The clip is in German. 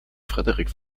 frederik